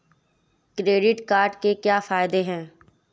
Credit card के क्या फायदे हैं?